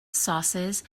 sauces